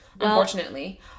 Unfortunately